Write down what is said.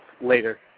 later